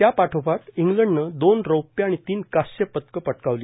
त्यापाठोपाठ ईंग्लंडनं दोन रौप्य आणि तीन कांस्य पदकं पटक्रवली